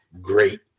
great